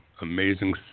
amazing